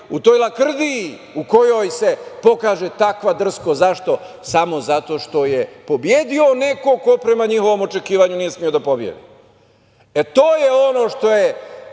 u toj lakrdiji u kojoj se pokaže takva drskost. Zašto? Samo zato što je pobedio neki ko prema njihovom očekivanju nije smeo da pobedi. To je ono što je